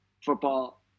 football